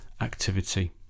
activity